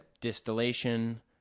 distillation